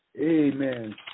Amen